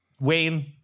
Wayne